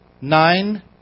Nine